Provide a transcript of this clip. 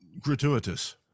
gratuitous